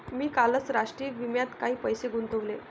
मी कालच राष्ट्रीय विम्यात काही पैसे गुंतवले